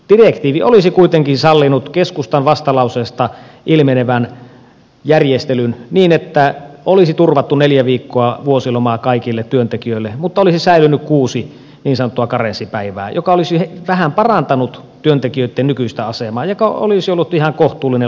direktiivi olisi kuitenkin sallinut keskustan vastalauseesta ilmenevän järjestelyn niin että olisi turvattu neljä viikkoa vuosilomaa kaikille työntekijöille mutta olisi säilynyt kuusi niin sanottua karenssipäivää mikä olisi vähän parantanut työntekijöitten nykyistä asemaa mikä olisi ollut ihan kohtuullinen lopputulos